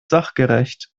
sachgerecht